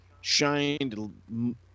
shined